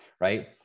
right